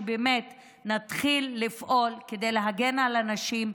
שנתחיל לפעול כדי להגן על הנשים,